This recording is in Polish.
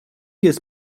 jest